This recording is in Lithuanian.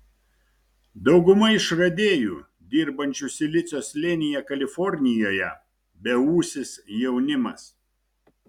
dauguma išradėjų dirbančių silicio slėnyje kalifornijoje beūsis jaunimas